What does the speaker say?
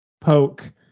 Poke